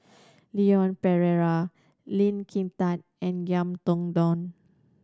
Leon Perera Lee Kin Tat and Ngiam Tong Dow